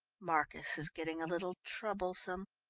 marcus is getting a little troublesome.